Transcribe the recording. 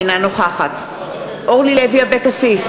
אינה נוכחת אורלי לוי אבקסיס,